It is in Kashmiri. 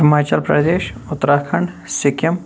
ہِماچَل پردیش اُتراکھنٛڈ سِکِم